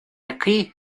aquí